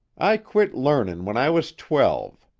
i quit learnin' when i was twelve.